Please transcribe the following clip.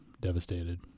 devastated